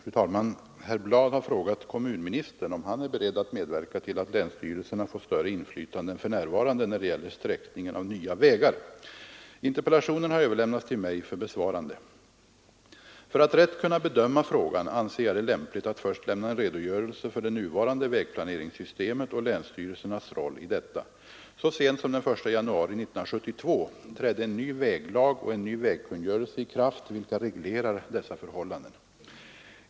Fru talman! Herr Bladh har frågat kommunministern om han är beredd att medverka till att länsstyrelserna får större inflytande än för närvarande när det gäller sträckningen åv nya vägar. Interpellationen har överlämnats till mig för besvarande. För att rätt kunna bedöma frågan anser jag det lämpligt att först lämna en redogörelse för det nuvarande vägplaneringssystemet och länsstyrelsernas roll i detta. Så sent som den 1 januari 1972 trädde en ny väglag och en ny vägkungörelse i kraft, vilka reglerar dessa förhållanden.